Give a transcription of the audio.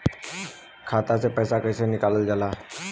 खाता से पैसा कइसे निकालल जाला?